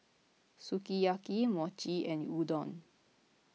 Sukiyaki Mochi and Udon